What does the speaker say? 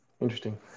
interesting